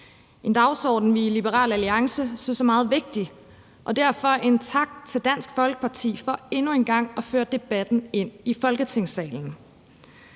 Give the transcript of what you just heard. en dagsorden, som vi i Liberal Alliance synes er meget vigtig, og derfor vil jeg sige tak til Dansk Folkeparti for endnu en gang at føre debatten ind i Folketingssalen.